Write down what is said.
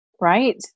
Right